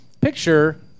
picture